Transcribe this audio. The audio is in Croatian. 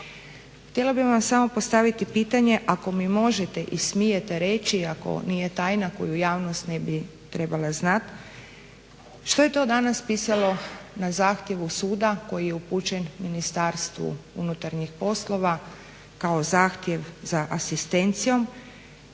Htjela bih vam samo postaviti pitanje, ako mi možete i smijete reći, ako nije tajna koju javnost ne bi trebala znati, što je to danas pisalo na zahtjevu suda koji je upućen Ministarstvu unutarnjih poslova kao zahtjev za asistencijom,